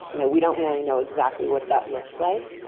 you know we don't really know exactly what that looks like.